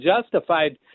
justified